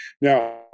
Now